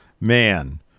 Man